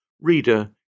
Reader